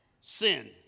sin